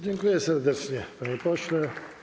Dziękuję serdecznie, panie pośle.